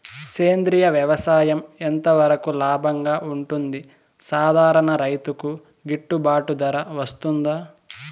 సేంద్రియ వ్యవసాయం ఎంత వరకు లాభంగా ఉంటుంది, సాధారణ రైతుకు గిట్టుబాటు ధర వస్తుందా?